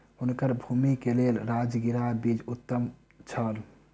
हुनकर भूमि के लेल राजगिरा बीज उत्तम छल